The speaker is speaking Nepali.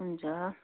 हुन्छ